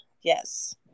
yes